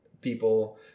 people